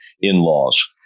in-laws